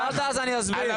שאלת ואני אסביר.